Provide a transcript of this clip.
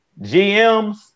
GMs